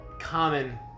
common